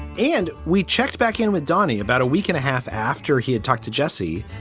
and we check back in with donny about a week and a half after he had talked to jesse.